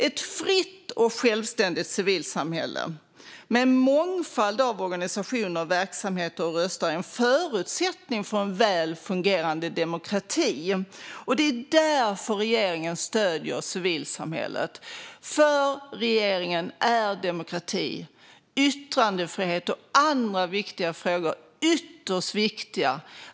Ett fritt och självständigt civilsamhälle med en mångfald av organisationer, verksamheter och röster är en förutsättning för en välfungerande demokrati. Det är därför regeringen stöttar civilsamhället. För regeringen är demokrati, yttrandefrihet och andra frågor ytterst viktiga.